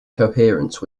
coherence